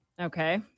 okay